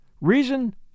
Reason